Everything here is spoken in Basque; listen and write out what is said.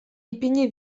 ipini